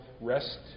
rest